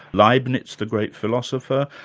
leibnitz, the great philosopher,